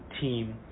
team